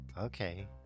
Okay